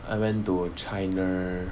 I went to china